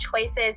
choices